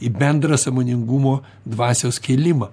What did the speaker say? į bendrą sąmoningumo dvasios kėlimą